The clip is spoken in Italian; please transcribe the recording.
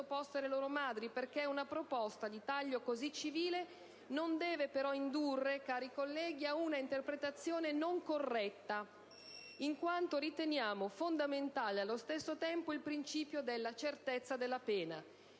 sottoposte le loro madri: perchè una proposta di taglio così civile non deve però indurre, cari colleghi, ad una interpretazione non corretta, in quanto riteniamo fondamentale, allo stesso tempo, il principio della certezza della pena.